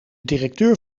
directeur